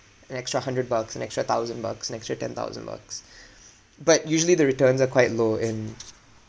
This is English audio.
an extra hundred bucks an extra thousand bucks an extra ten thousand bucks but usually the returns are quite low and